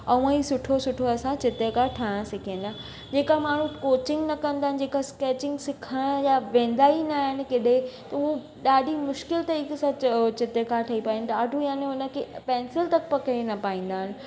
ऐं उअं ई सुठो सुठो असां चित्रकार ठहणु सिखी वेंदा जेका माण्हू कोचिंग न कंदा आहिनि जेका स्केचिंग सिखण जा वेंदा ई न आहिनि किॾे त उहे ॾाढी मुश्किल तरीक़े सां उहो चित्रकार ठही पाईंदा आहिनि ॾाढो यानि उन खे पेंसिल तक पकिड़े न पाईंदा आहिनि